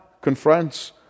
confronts